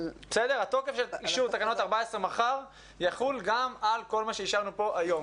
תוקף אישור תקנות מס' 14 מחר יחול גם על כל מה שאישרנו פה היום.